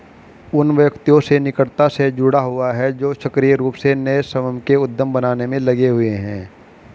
उन व्यक्तियों से निकटता से जुड़ा हुआ है जो सक्रिय रूप से नए स्वयं के उद्यम बनाने में लगे हुए हैं